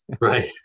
Right